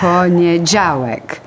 Poniedziałek